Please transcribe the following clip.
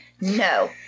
no